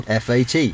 FAT